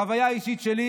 החוויה האישית שלי,